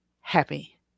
happy